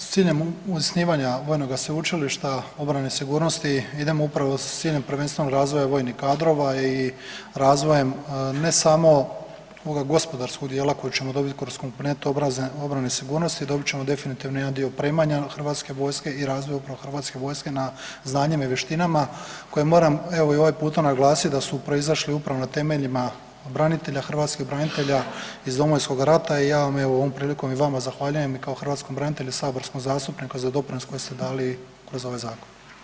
S ciljem osnivanja Vojnoga sveučilišta obrane i sigurnosti idemo upravo sa ciljem prvenstveno razvoja vojnih kadrova i razvojem ne samo gospodarskog dijela koje ćemo dobiti kroz komponentu obrane i sigurnosti dobit ćemo jedan dio opremanja hrvatske vojske i razvoj upravo hrvatske vojske na znanjem i vještinama koje moram evo i ovaj put naglasiti da su proizašli upravo na temeljima branitelja, hrvatskih branitelja iz Domovinskog rata i ja evo ovim prilikom i vama zahvaljujem i kao hrvatskom branitelju i saborskom zastupniku za doprinos koji ste dali kroz ovaj zakon.